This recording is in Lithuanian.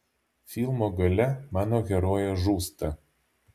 filmo gale mano herojė žūsta